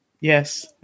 Yes